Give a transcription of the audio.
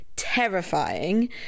terrifying